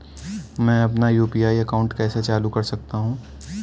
मैं अपना यू.पी.आई अकाउंट कैसे चालू कर सकता हूँ?